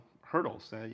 hurdles